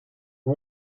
the